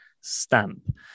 stamp